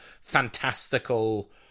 fantastical